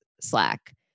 Slack